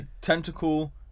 Tentacle